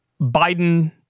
Biden